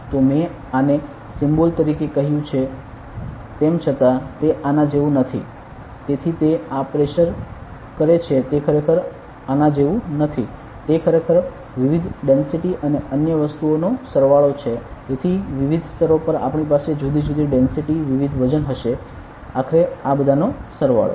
તો મેં આને સિમ્બલ તરીકે કહ્યું છેcતેમ છતાં તે આના જેવું નથી તેથી તે આ પ્રેશર કરે છે તે ખરેખર આ જેવું નથી તે ખરેખર વિવિધ ડેન્સિટીસ અને અન્ય વસ્તુઓનો સરવાળો છે તેથી વિવિધ સ્તરો પર આપણી પાસે જુદી જુદી ડેન્સિટિ વિવિધ વજન હશે આખરે આ બધાંનો સરવાળો